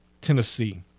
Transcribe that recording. Tennessee